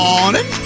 Morning